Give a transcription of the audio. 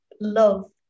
love